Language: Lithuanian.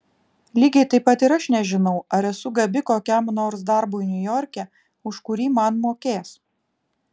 lygiai taip pat ir aš nežinau ar esu gabi kokiam nors darbui niujorke už kurį man mokės